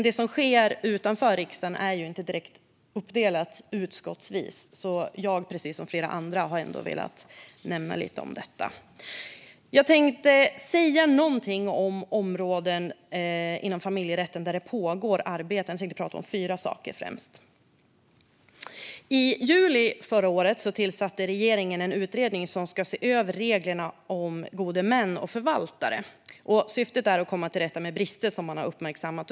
Det som sker utanför riksdagen är dock inte direkt uppdelat utskottsvis. Därför har jag precis som flera andra velat ta upp lite om detta. Jag vill även säga något om de områden inom familjerätten där arbete pågår. Jag tänkte ta upp främst fyra saker. I juli förra året tillsatte regeringen en utredning som ska se över reglerna för gode män och förvaltare. Syftet är att komma till rätta med brister som har uppmärksammats.